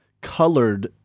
colored